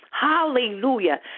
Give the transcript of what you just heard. Hallelujah